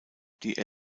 die